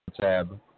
tab